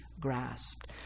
grasped